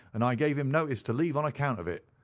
and i gave him notice to leave on account of it.